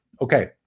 Okay